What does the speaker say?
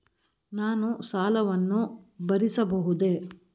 ನಾನು ಸಾಲವನ್ನು ಭರಿಸಬಹುದೇ?